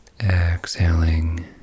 Exhaling